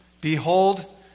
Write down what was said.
Behold